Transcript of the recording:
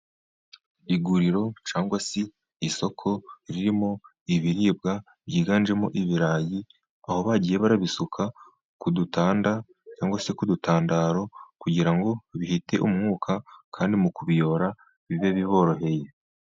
Iguriro cyangwa se isoko ririmo ibiribwa byiganjemo ibirayi, aho bagiye barabisuka ku dutanda cyangwa se ku dutandaro, kugira ngo bite umwuka kandi mu kubiyora bibe biboroheye.